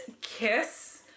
Kiss